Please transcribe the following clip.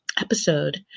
episode